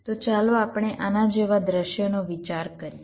તો ચાલો આપણે આના જેવા દૃશ્યનો વિચાર કરીએ